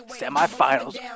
Semi-finals